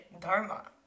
Dharma